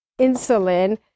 insulin